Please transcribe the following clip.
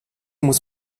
muss